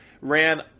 ran